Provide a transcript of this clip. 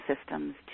systems